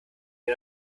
ihr